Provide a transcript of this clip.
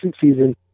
season